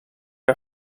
era